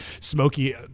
smoky